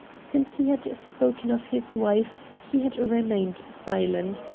since he had spoken of his wife he had remained silent,